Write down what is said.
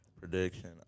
Prediction